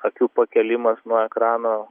akių pakėlimas nuo ekrano